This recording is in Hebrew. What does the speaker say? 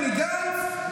בני גנץ,